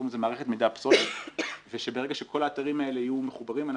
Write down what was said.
ברגע שכל האתרים יהיו מחוברים,